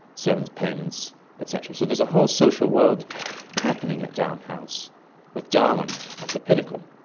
servants' payments et cetera. so there's a whole social world happening at down house with darwin at the pinnacle,